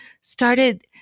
started